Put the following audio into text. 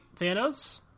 Thanos